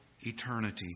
eternity